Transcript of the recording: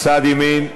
צד ימין.